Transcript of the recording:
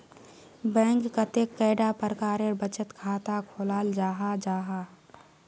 Bank कतेक कैडा प्रकारेर बचत खाता खोलाल जाहा जाहा?